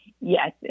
Yes